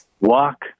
walk